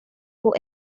who